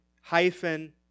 hyphen